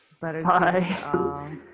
Bye